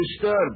disturbed